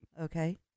Okay